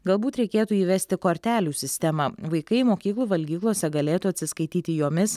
galbūt reikėtų įvesti kortelių sistemą vaikai mokyklų valgyklose galėtų atsiskaityti jomis